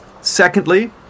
Secondly